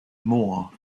more